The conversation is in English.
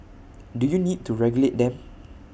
do you need to regulate them